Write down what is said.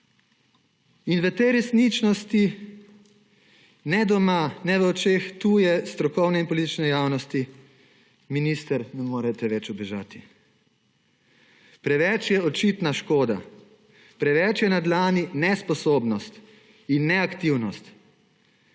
Tej resničnosti ne doma ne v očeh tuje strokovne in politične javnosti, minister, ne morete več ubežati. Preveč je očitna škoda, preveč je na dlani nesposobnost in neaktivnost.